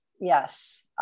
Yes